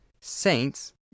Saints